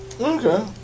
Okay